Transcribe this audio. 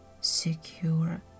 secure